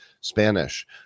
spanish